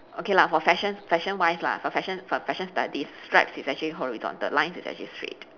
okay lah for fashion fashion wise lah for fashion for fashion studies stripes is actually horizontal lines is actually straight